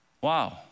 wow